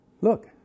look